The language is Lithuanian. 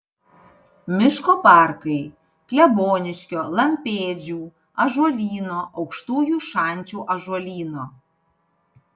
miško parkai kleboniškio lampėdžių ąžuolyno aukštųjų šančių ąžuolyno